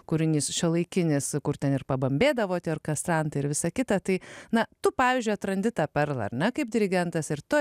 kūrinys šiuolaikinis kur ten ir pabambėdavo ten kastratai ir visa kita tai na tu pavyzdžiui atrandi tą perlą na kaip dirigentas ir tu